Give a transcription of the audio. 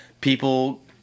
people